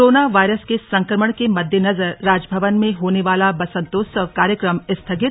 corona virus के संक्रमण के मद्देनजर राजभवन में होने वाला बसंतोत्सव कार्यक्रम स्थगित